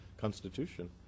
constitution